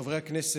חברי הכנסת,